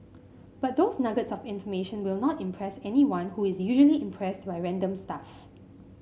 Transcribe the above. but those nuggets of information will not impress anyone who is usually impressed by random stuff